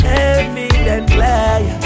evidently